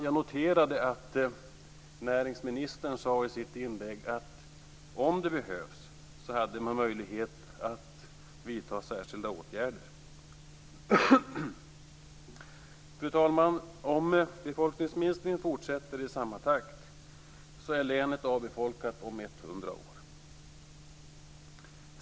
Jag noterade att näringsministern i sitt inlägg sade att om det behövs har man möjlighet att vidta särskilda åtgärder. Fru talman! Om befolkningsminskningen fortsätter i samma takt är länet avfolkat om 100 år.